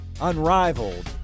unrivaled